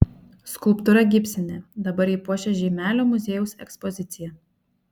skulptūra gipsinė dabar ji puošia žeimelio muziejaus ekspoziciją